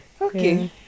Okay